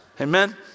Amen